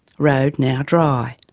road now dry.